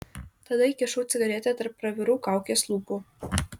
tada įkišau cigaretę tarp pravirų kaukės lūpų